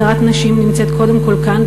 הדרת נשים נמצאת קודם כול כאן,